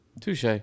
Touche